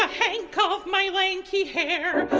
i called my lane key here